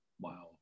Wow